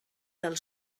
del